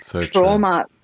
Trauma